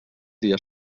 dia